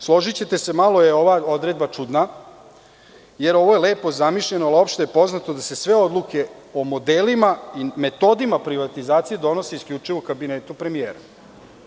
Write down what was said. Složićete se, malo je ova odredba čudna jer ovo je lepo zamišljeno, ali je opšte poznato da se sve odluke o modelima i metodima privatizacije donose isključivo u kabinetu premijera.